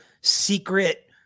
secret